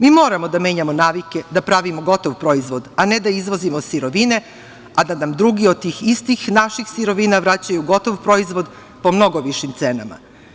Mi moramo da menjamo navike, da pravimo gotov proizvod, a ne da izvozimo sirovine, a da nam drugi od tih istih naših sirovina vraćaju gotov proizvod po mnogo višim cenama.